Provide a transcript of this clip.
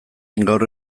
gaur